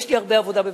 לא, רק העובדות.